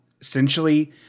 Essentially